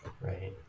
Right